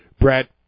Brett